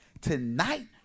Tonight